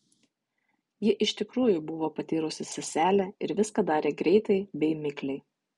ji iš tikrųjų buvo patyrusi seselė ir viską darė greitai bei mikliai